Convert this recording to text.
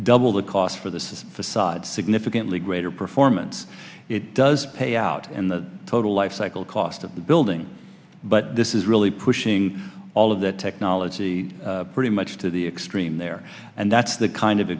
double the cost for this is facade significantly greater performance it does pay out in the total lifecycle cost of the building but this is really pushing all of that technology pretty much to the extreme there and that's the kind of